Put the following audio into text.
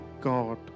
God